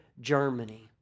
Germany